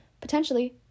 potentially